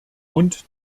und